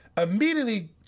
immediately